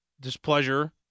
displeasure